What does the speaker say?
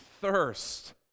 thirst